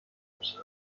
بیشتر